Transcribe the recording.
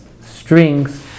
strings